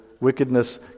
wickedness